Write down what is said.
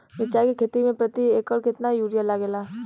मिरचाई के खेती मे प्रति एकड़ केतना यूरिया लागे ला?